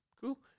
cool